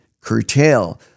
curtail